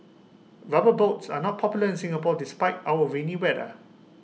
rubber boots are not popular in Singapore despite our rainy weather